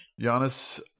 Giannis